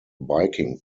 biking